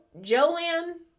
Joanne